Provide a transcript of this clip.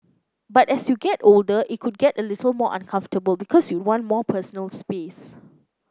but as you get older it could get a little more uncomfortable because you want more personal space